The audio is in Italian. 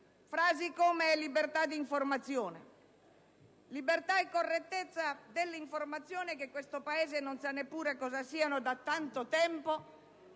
come «libertà d'informazione», «libertà e correttezza dell'informazione», che questo Paese non sa neppure cosa siano da tanto tempo,